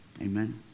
Amen